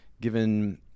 given